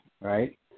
Right